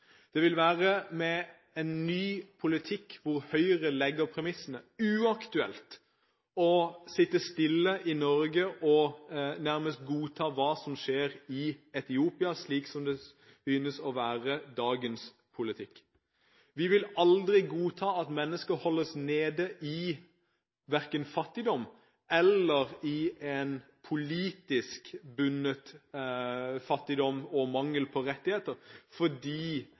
Med en ny politikk der Høyre legger premissene, vil det være uaktuelt å sitte stille i Norge og nærmest godta hva som skjer i Etiopia, slik som synes å være dagens politikk. Vi vil aldri godta at mennesker holdes nede verken i fattigdom eller i en politisk bundet fattigdom og mangel på rettigheter fordi